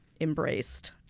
embraced